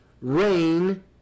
rain